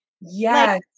Yes